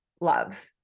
love